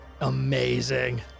Amazing